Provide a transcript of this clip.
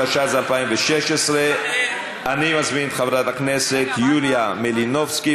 התשע"ז 2016. אני מזמין את חברת הכנסת יוליה מלינובסקי.